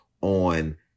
on